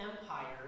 Empire